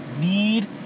need